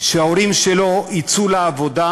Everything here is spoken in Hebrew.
שההורים שלו יצאו לעבודה,